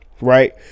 right